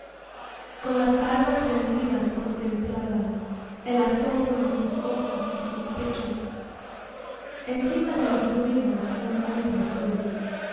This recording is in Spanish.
con las armas rendidas contemplaban el asombro en sus ojos y sus pechos encima de las ruinas un hombre solo